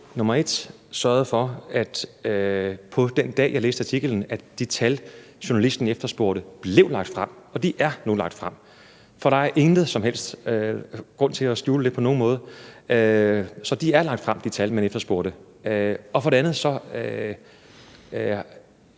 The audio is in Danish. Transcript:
har jeg sørget for den dag, jeg læste artiklen, at de tal, som journalisten efterspurgte, blev lagt frem. Og de er nu lagt frem, for der er ingen som helst grund til at skjule dem. Så de tal, man efterspurgte, er lagt frem.